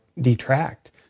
detract